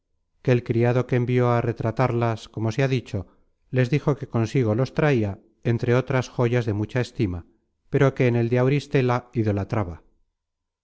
que el criado que envió á retratarlas como se ha dicho les dijo que consigo los traia entre otras joyas de mucha estima pero que en el de auristela idolatraba